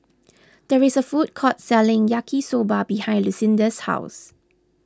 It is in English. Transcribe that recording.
there is a food court selling Yaki Soba behind Lucinda's house